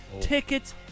tickets